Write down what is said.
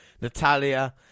Natalia